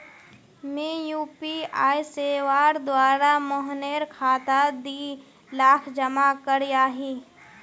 मी यु.पी.आई सेवार द्वारा मोहनेर खातात दी लाख जमा करयाही